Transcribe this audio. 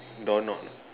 door knob